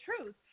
truth